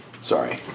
sorry